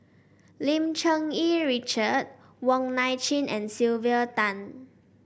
Lim Cherng Yih Richard Wong Nai Chin and Sylvia Tan